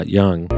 young